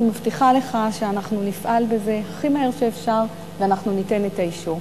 אני מבטיחה לך שאנחנו נפעל בזה הכי מהר שאפשר ואנחנו ניתן את האישור.